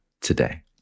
today